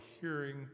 hearing